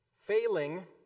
failing